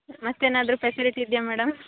ಮತ್ತೇನಾದರೂ ಪೆಸಿಲಿಟಿ ಇದೆಯಾ ಮೇಡಮ್